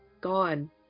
gone